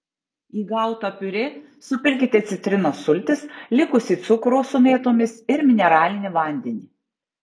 į gautą piurė supilkite citrinos sultis likusį cukrų su mėtomis ir mineralinį vandenį